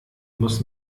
muss